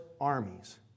armies